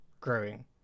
growing